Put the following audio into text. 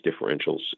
differentials